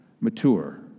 mature